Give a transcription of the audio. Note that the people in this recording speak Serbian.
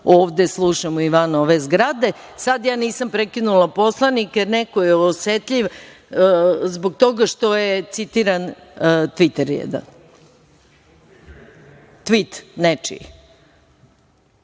ovde slušamo i van ove zgrade, sad ja nisam prekinula poslanike, neko je osetljiv zbog toga što je citiran tvit nečiji,